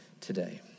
today